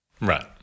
Right